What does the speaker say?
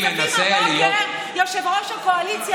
ועדת הכספים הבוקר יושב-ראש הקואליציה